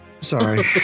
Sorry